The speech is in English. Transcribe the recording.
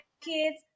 kids